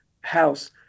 house